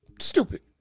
stupid